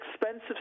expensive